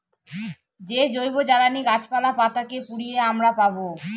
যে জৈবজ্বালানী গাছপালা, পাতা কে পুড়িয়ে আমরা পাবো